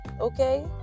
okay